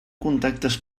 contactes